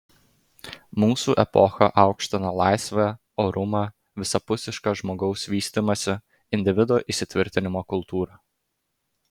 mūsų epocha aukština laisvę orumą visapusišką žmogaus vystymąsi individo įsitvirtinimo kultūrą